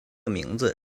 名字